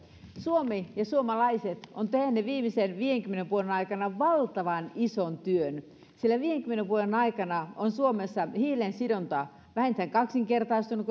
suomi ja suomalaiset ovat tehneet viimeisen viidenkymmenen vuoden aikana valtavan ison työn sillä viidenkymmenen vuoden aikana on suomessa hiilensidonta vähintään kaksinkertaistunut